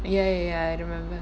ya ya ya I remember